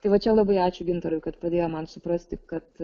tai va čia labai ačiū gintarui kad pradėjo man suprasti kad